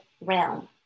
realm